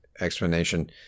explanation